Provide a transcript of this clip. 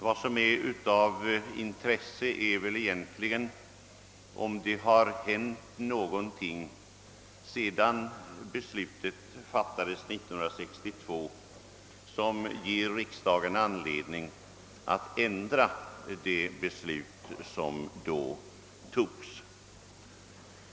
Vad som har intresse är väl egentligen att konstatera om någonting hänt sedan beslutet fattades 1962, något som kan ge riksdagen anledning att ändra beslutet.